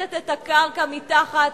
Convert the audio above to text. שומטת את הקרקע מתחת